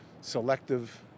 selective